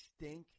stink